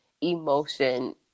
emotion